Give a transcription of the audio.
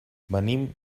venim